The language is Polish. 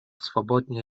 swobodnie